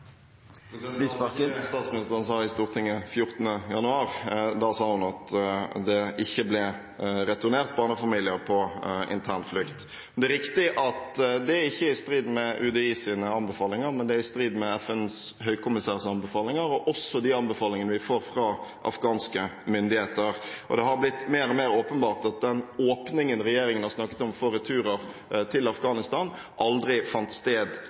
statsministeren sa i Stortinget 14. januar. Da sa hun at det ikke ble returnert barnefamilier på internflukt. Det er riktig at det ikke er i strid med UDIs anbefalinger, men det er i strid med FNs høykommissærs anbefalinger, og også med de anbefalingene vi får fra afghanske myndigheter. Det har blitt mer og mer åpenbart at den åpningen for returer til Afghanistan regjeringen har snakket om,